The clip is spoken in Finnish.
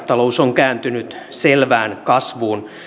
talous on kääntynyt selvään kasvuun